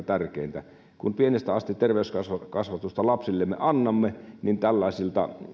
tärkeintä kun pienestä asti terveyskasvatusta lapsillemme annamme niin tällaiset